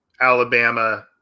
Alabama